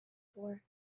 for